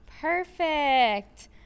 Perfect